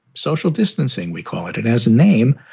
social distancing, we call it. it has a name.